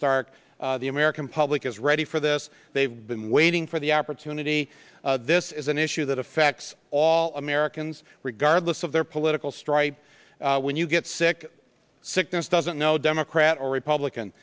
stark the american public is ready for this they've been waiting for the opportunity this is an issue that affects all americans regardless of their political stripe when you get sick sickness doesn't know democrat or republican